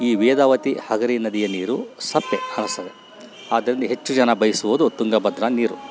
ಈ ವೇದಾವತಿ ಹಗರಿ ನದಿಯ ನೀರು ಸಪ್ಪೇ ಅನಿಸ್ತದೆ ಆದ್ರಿಂದ ಹೆಚ್ಚು ಜನ ಬಯಸುವುದು ತುಂಗಭದ್ರಾ ನೀರು